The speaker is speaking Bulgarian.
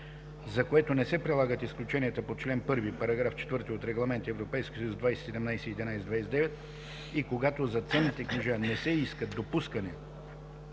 за което не се прилагат изключенията по чл. 1, параграф 4 от Регламент (ЕС) 2017/1129, и когато за ценните книжа не се иска допускане